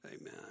Amen